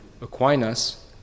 Aquinas